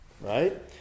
right